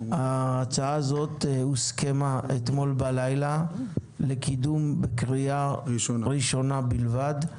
ההצעה הזאת הוסכמה אתמול בלילה לקידום בקריאה הראשונה בלבד.